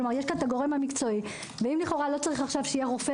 כלומר יש פה הגורם המקצועי ואם לא צריך לכאורה שיהיה רופא